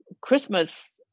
Christmas